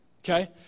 okay